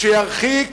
שירחיק